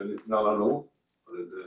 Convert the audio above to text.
שניתנה לנו על ידי